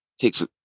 takes